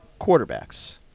quarterbacks